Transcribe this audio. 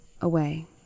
Away